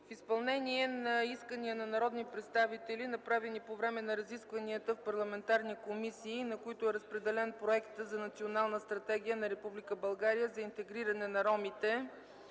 в изпълнение на искания на народни представители направени по време на разискванията в парламентарни комисии, на които е разпределен Проект за национална стратегия на Република България за интегриране на ромите